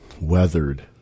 weathered